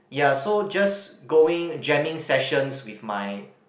ya so just going jamming sessions with my